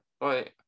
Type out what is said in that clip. Right